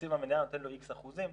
תקציב המדינה נותן לוX אחוזים,